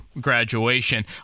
graduation